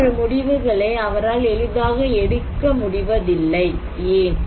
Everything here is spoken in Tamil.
போன்ற முடிவுகளை அவரால் எளிதாக எடுக்க முடிவதில்லை ஏன்